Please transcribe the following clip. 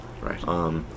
Right